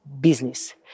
business